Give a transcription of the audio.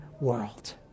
world